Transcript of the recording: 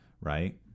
right